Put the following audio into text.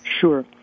Sure